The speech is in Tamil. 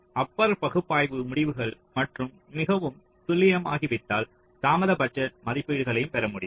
அப்பர் பகுப்பாய்வு முடிவுகள் மட்டும் மிகவும் துல்லியமாகிவிட்டால் தாமத பட்ஜெட் மதிப்பீடுகளையும் பெற முடியும்